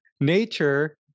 nature